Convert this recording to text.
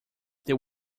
they